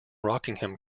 rockingham